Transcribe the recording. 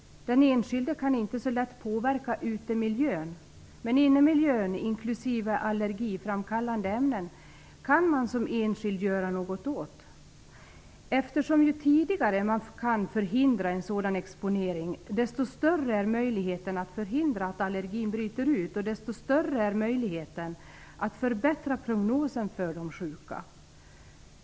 Den enskilde kan inte så lätt påverka utemiljön, men innemiljön, inklusive allergiframkallande ämnen, kan man som enskild göra något åt. Ju tidigare man kan förhindra en sådan exponering desto större är möjligheterna att förhindra att allergin bryter ut och desto större är möjligheten att förbättra prognosen för redan sjuka.